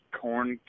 corn